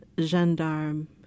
gendarme